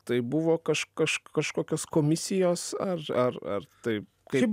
tai buvo kaž kaž kažkokios komisijos ar ar tai kaip